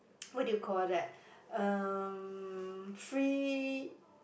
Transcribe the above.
what do you call that um free